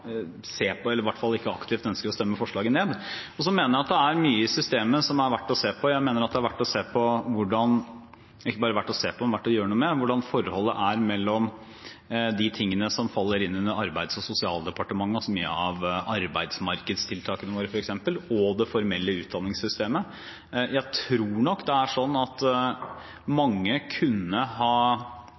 se på det, eller i hvert fall ikke aktivt ønsker å stemme forslaget ned. Jeg mener det er mye i systemet som er verdt å se på. Jeg mener det ikke bare er verdt å se på, men også å gjøre noe med hvordan forholdet er mellom det som faller inn under Arbeids- og sosialdepartementet, og som gjelder arbeidsmarkedstiltak f.eks., og det formelle utdanningssystemet. Jeg tror nok mange kunne